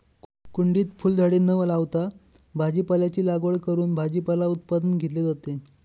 कुंडीत फुलझाडे न लावता भाजीपाल्याची लागवड करून भाजीपाला उत्पादन घेतले जाते